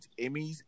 Emmys